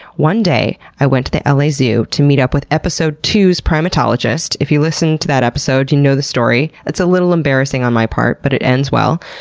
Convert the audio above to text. one day i went to the la zoo to meet up with episode two s primatologist. if you listened to that episode, you know that story, it's a little embarrassing on my part but it ends well.